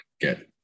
get